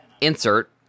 insert